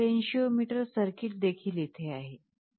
हे potentiometer circuit देखील इथे आहे